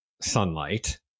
sunlight